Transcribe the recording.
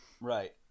Right